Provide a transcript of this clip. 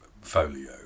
folio